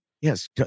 Yes